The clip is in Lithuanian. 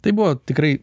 tai buvo tikrai